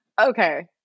Okay